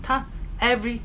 他 every